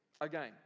Again